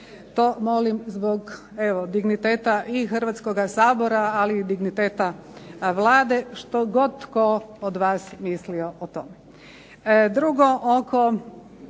To molim zbog evo digniteta i Hrvatskoga sabora, ali i digniteta Vlade, što god tko od vas mislio o tome.